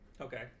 Okay